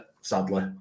sadly